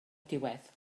diwedd